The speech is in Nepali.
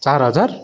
चार हजार